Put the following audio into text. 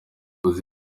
nanjye